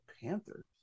Panthers